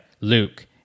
Luke